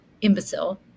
Imbecile